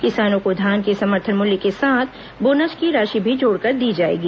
किसानों को धान के समर्थन मूल्य के साथ बोनस की राशि भी जोड़कर दी जाएगी